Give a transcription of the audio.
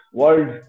world